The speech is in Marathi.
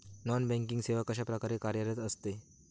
नॉन बँकिंग सेवा कशाप्रकारे कार्यरत असते?